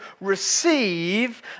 receive